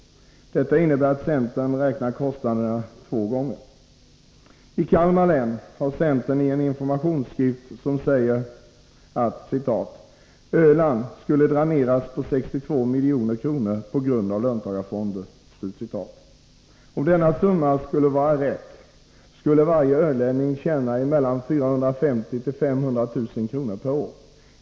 Detta innebär att centern räknar kostnaderna två gånger. I Kalmar län har centern givit ut en informationsskrift som säger att Öland skulle dräneras på 62 milj.kr. på grund av löntagarfonderna. Om denna summa skulle vara korrekt, skulle varje ölänning tjäna mellan 450 000 och 500 000 kr. per år.